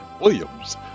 Williams